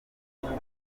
bitaro